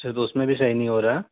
اچھا تو اس میں بھی صحیح نہیں ہو رہا